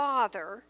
Father